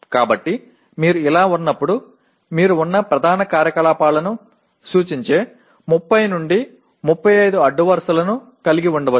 எனவே உங்களிடம் இது இருக்கும்போது அனைத்து முக்கிய செயல்பாடுகளையும் குறிக்கும் 30 முதல் 35 வரிசைகள் போன்ற ஒன்றை நீங்கள் கொண்டிருக்கலாம்